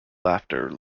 laughter